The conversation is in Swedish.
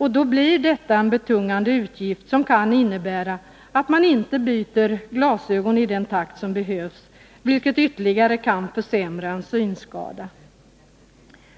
Detta blir då en betungande utgift, som kan innebära att man inte byter glasögon i den takt som behövs, vilket kan ytterligare försämra en synskada.